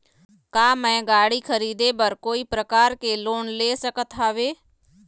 का मैं गाड़ी खरीदे बर कोई प्रकार के लोन ले सकत हावे?